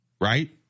Right